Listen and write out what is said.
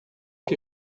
que